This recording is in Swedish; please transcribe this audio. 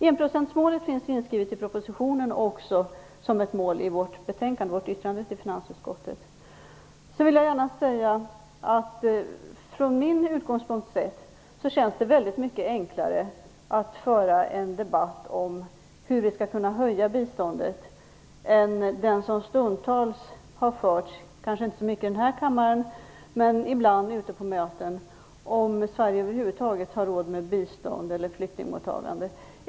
Enprocentsmålet finns inskrivet i propositionen och i vårt yttrande till finansutskottet. Från min utgångspunkt känns det väldigt mycket enklare att föra en debatt om hur vi skall kunna höja biståndet än att föra den debatt som stundtals har förts ute på möten, om än inte så mycket i den här kammaren, om ifall Sverige över huvud taget har råd med bistånd eller flyktingmottagande.